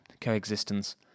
coexistence